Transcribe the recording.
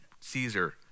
Caesar